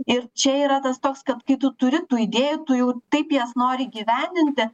ir čia yra tas toks kad kai tu turi tų idėjų tu jau taip jas nori įgyvendinti